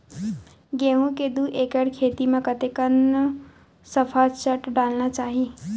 गेहूं के दू एकड़ खेती म कतेकन सफाचट डालना चाहि?